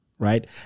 Right